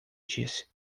disse